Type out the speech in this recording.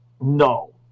No